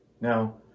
Now